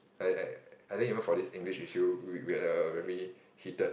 I I I think even for this English issue we we have a very heated